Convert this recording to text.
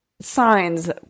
signs